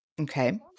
Okay